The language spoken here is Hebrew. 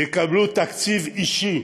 יקבלו תקציב אישי.